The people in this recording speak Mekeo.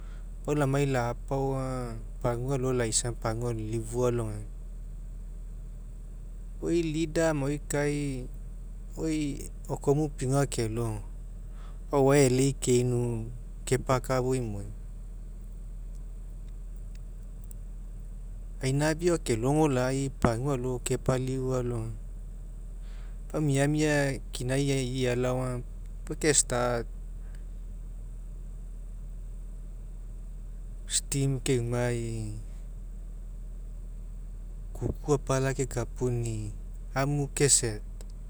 Pau lamai la'apao aga pagua alo laisa aga pagua alo elifu alogaina. Oi leader ma oi kai okenui piaga akelogi pau o'oae e'elei keinu kepakafao'o imoi ainafi ao akelogo lai pagua alo kepalifu alogaina pau miamia kinai ia alao pau ke'start steam keumai kuku apala kekapuni'i aniu ke set.